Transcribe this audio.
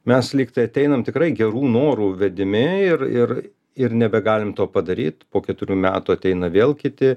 mes lygtai ateinam tikrai gerų norų vedimi ir ir ir nebegalim to padaryt po keturių metų ateina vėl kiti